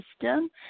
system